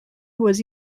was